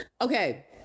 Okay